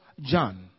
John